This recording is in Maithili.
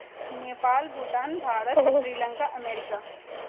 नेपाल भूटान भारत श्रीलङ्का अमेरिका